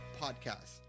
podcast